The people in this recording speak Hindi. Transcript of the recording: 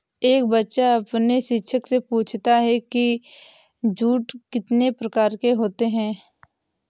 एक बच्चा अपने शिक्षक से पूछता है कि जूट कितने प्रकार के होते हैं?